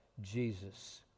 Jesus